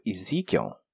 Ezekiel